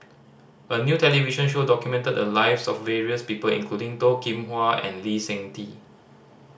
a new television show documented the lives of various people including Toh Kim Hwa and Lee Seng Tee